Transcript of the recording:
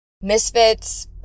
misfits